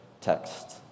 text